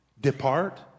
depart